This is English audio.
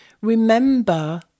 Remember